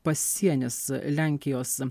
pasienis lenkijos